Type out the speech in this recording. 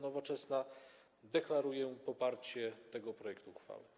Nowoczesna deklaruję poparcie tego projektu uchwały.